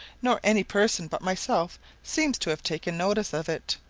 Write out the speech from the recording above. nor any person but myself seems to have taken notice of it.